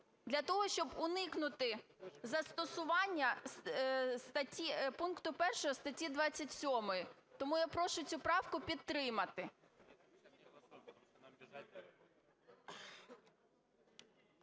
Для того, щоб уникнути застосування пункту 1 статті 27, тому я прошу цю правку підтримати.